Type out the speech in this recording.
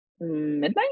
midnight